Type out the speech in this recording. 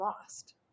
lost